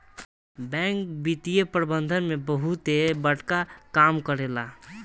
bank वित्तीय प्रबंधन में बहुते बड़का काम करेला